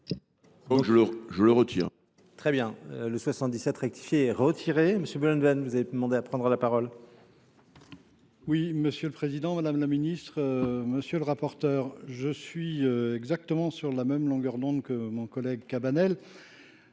je le retire,